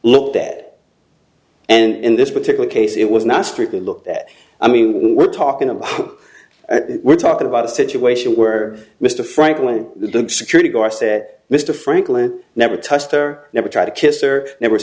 looked at and in this particular case it was not strictly looked at i mean we're talking about we're talking about a situation where mr franklin the security guard said mr franklin never touched or never tried to kiss or never